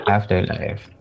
Afterlife